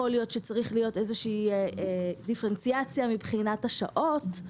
יכול להיות שצריכה להיות איזושהי דיפרנציאציה מבחינת השעות.